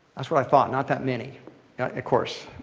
that's what i thought, not that many. of course.